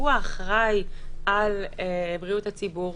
שהוא האחראי על בריאות הציבור,